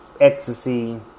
ecstasy